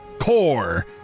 core